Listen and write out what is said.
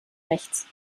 rechts